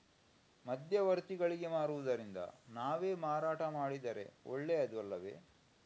ಮಧ್ಯವರ್ತಿಗಳಿಗೆ ಮಾರುವುದಿಂದ ನಾವೇ ಮಾರಾಟ ಮಾಡಿದರೆ ಒಳ್ಳೆಯದು ಅಲ್ಲವೇ?